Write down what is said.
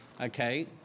okay